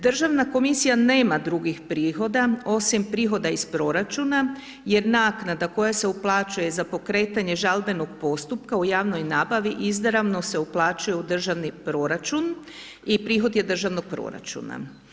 Državna komisija nema drugih prihoda osim prihoda iz proračuna jer naknada koja se uplaćuje za pokretanje žalbenog postupka u javnoj nabavi izrazno se uplaćuju u državni proračun i prihod je državnog proračuna.